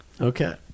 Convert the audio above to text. okay